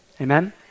Amen